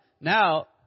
Now